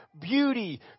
beauty